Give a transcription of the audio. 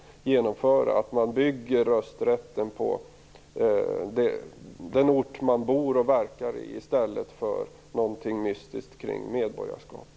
Man bygger rösträtten på den ort personen bor och verkar i, i stället för på någonting mystiskt kring medborgarskapet.